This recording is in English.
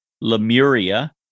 Lemuria